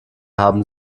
haben